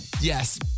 Yes